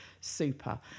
super